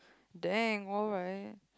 dang alright